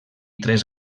tres